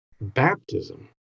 baptism